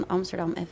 Amsterdam